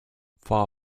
far